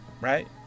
right